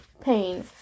pain